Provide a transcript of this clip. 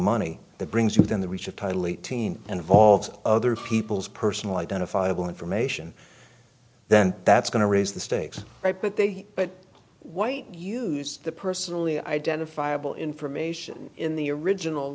money that brings you then the reach of title eighteen and vault other people's personal identifiable information then that's going to raise the stakes right but they but white used the personally identifiable information in the original